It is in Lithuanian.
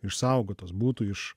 išsaugotos būtų iš